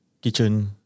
kitchen